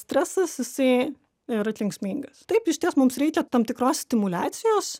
stresas jisai yra kenksmingas taip išties mums reikia tam tikros stimuliacijos